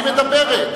היא מדברת.